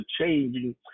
changing